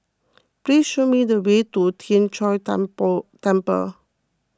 please show me the way to Tien Chor Temple Temple